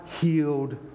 healed